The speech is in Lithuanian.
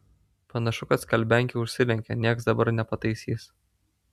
panašu kad skalbiankė užsilenkė nieks dabar nepataisys